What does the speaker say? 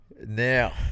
Now